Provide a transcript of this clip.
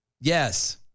Yes